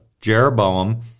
Jeroboam